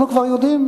אנחנו כבר יודעים,